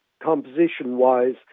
composition-wise